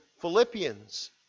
Philippians